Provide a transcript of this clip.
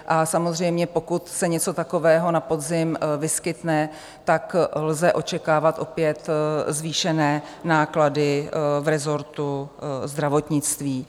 A samozřejmě pokud se něco takového na podzim vyskytne, tak lze očekávat opět zvýšené náklady v resortu zdravotnictví.